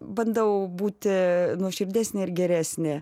bandau būti nuoširdesnė ir geresnė